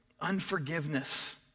Unforgiveness